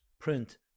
print